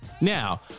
Now